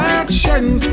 actions